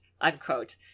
unquote